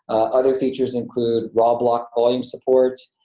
other features include raw block volume support.